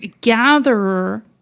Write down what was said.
gatherer